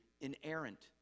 inerrant